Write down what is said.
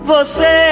Você